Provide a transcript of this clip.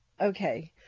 okay